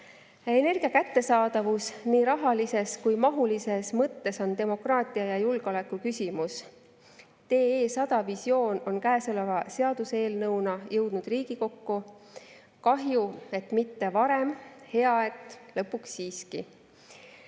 Energia kättesaadavus nii rahalises kui ka mahulises mõttes on demokraatia ja julgeoleku küsimus. TE100 visioon on käesoleva seaduseelnõuna jõudnud Riigikokku. Kahju, et mitte varem. Hea, et lõpuks siiski.